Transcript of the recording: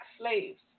slaves